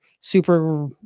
Super